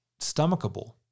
stomachable